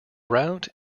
route